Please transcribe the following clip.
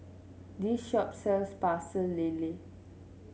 this shop sells Pecel Lele